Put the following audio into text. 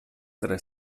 tre